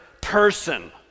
person